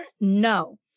No